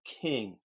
King